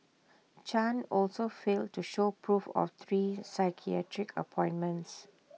chan also failed to show proof of three psychiatric appointments